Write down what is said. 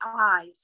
eyes